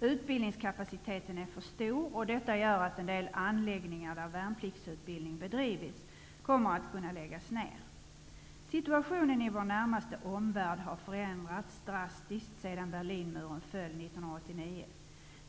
Utbildningskapaciteten är för stor och detta gör att en del anläggningar där värnpliktsutbildning bedrivits kommer att kunna läggas ner. Situationen i vår närmaste omvärld har förändrats drastiskt sedan Berlinmuren föll 1989.